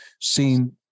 seen